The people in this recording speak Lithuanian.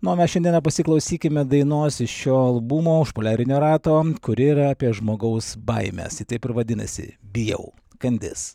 na o mes šiandieną pasiklausykime dainos iš šio albumo už poliarinio rato kuri yra apie žmogaus baimes ji taip ir vadinasi bijau kandis